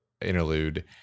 interlude